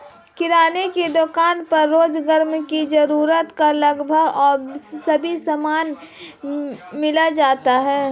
किराने की दुकान पर रोजमर्रा की जरूरत का लगभग सभी सामान मिल जाता है